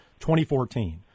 2014